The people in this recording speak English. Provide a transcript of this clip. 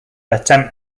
attempt